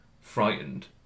frightened